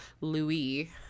Louis